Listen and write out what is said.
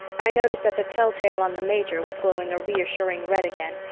i noticed that the telltale on the major was glowing a reassuring red again,